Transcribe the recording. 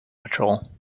patrol